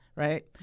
Right